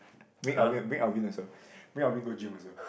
bring Alvin bring Alvin also bring Alvin go gym also